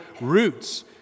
roots